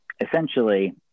essentially